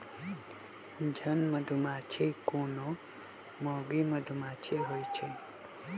जन मधूमाछि कोनो मौगि मधुमाछि होइ छइ